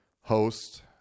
host